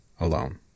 alone